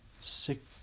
six